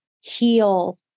heal